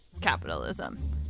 capitalism